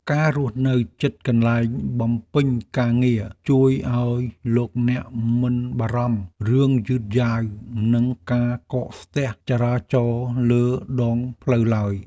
ការរស់នៅជិតកន្លែងបំពេញការងារជួយឱ្យលោកអ្នកមិនបារម្ភរឿងយឺតយ៉ាវនិងការកកស្ទះចរាចរណ៍លើដងផ្លូវឡើយ។